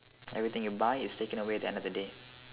everything you buy is taken away at the end of the day